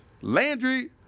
Landry